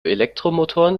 elektromotoren